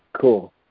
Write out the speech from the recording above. cool